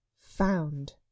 Found